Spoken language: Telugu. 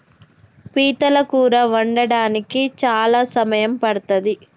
పీతల కూర వండడానికి చాలా సమయం పడ్తది